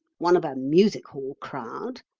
one of a music-hall crowd?